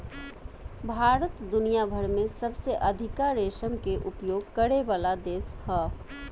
भारत दुनिया भर में सबसे अधिका रेशम के उपयोग करेवाला देश ह